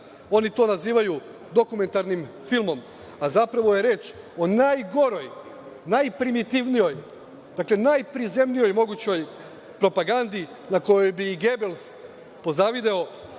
Oni to nazivaju dokumentarnim filmom, a zapravo je reč o najgoroj, najprimitivnijoj, dakle najprizemnijoj mogućoj propagandi na kojoj bi i Gebels pozavideo,